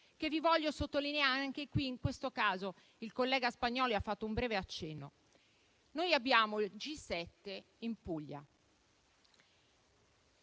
che vi voglio sottolineare (anche in questo caso, il collega Spagnolli ha fatto un breve accenno). Noi abbiamo il G7 in Puglia.